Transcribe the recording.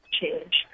change